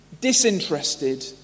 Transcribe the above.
disinterested